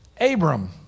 Abram